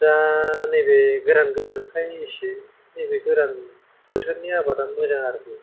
दा नैबे गोरान गोरानखाय एसे नैबे गोरान बोथोरनि आबादा मोजां आरोखि